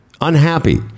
unhappy